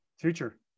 future